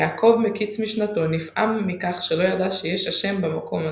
יעקב מקיץ משנתו נפעם מכך שלא ידע ש"יש ה' במקום הזה",